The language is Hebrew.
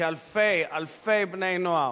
כי אלפי-אלפי בני-נוער,